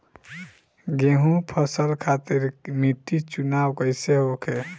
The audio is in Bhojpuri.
गेंहू फसल खातिर मिट्टी चुनाव कईसे होखे?